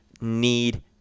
need